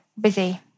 busy